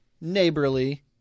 neighborly